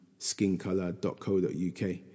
skincolour.co.uk